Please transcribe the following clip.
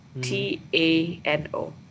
T-A-N-O